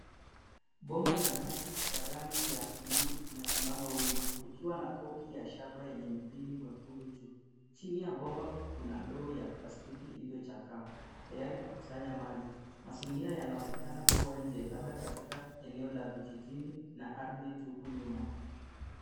Bomba la maji la rangi ya bluu linasimama wima ikiwa na kodi ya shamba yenye mpini mwekundu juu. Chini ya bomba kuna ndoo ya plastiki iliyochakaa tayari kukusanya maji. Mazingira yanaonekana kua nje labda katikaka eneo la vijijini na ardhi tupu nyuma.